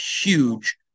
huge